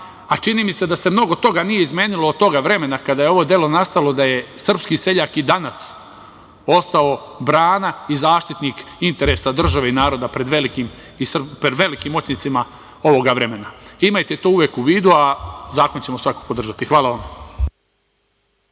a čini mi se da se mnogo toga nije izmenilo od toga vremena kada je ovo delo nastalo, da je srpski seljak i danas ostao brana i zaštitnik interesa države i naroda pred velikim moćnicima ovog vremena. Imajte to uvek u vidu, a zakon ćemo svakako podržati. Hvala vam.